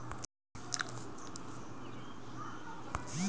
आऊरी ढेरे फूल चाहे फल बाटे जावना के खेती पानी में काईल जा सकेला